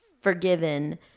forgiven